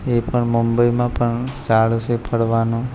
એ પણ મુંબઈમાં પણ સારું છે ફરવાનું